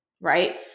right